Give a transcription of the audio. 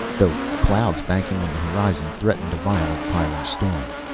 though clouds banking on the horizon threatened a violent pyrran storm.